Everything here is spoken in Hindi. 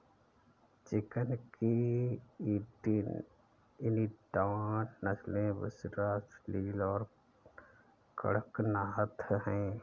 चिकन की इनिडान नस्लें बुसरा, असील और कड़कनाथ हैं